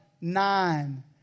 nine